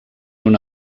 una